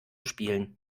spielen